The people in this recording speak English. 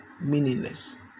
meaningless